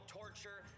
torture